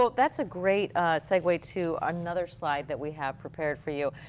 but that's a great ah segue to another slide that we have prepared for you.